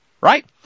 Right